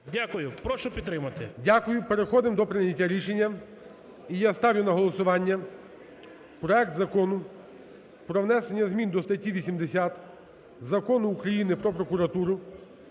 Дякую, прошу підтримати. ГОЛОВУЮЧИЙ. Дякую. Переходимо до прийняття рішення. І я ставлю на голосування проект Закону про внесення змін до статті 80 Закону України "Про прокуратуру"